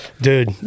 Dude